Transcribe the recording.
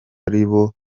aribo